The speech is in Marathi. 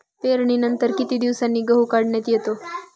पेरणीनंतर किती दिवसांनी गहू काढण्यात येतो?